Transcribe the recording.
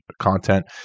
content